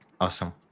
awesome